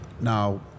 Now